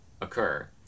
occur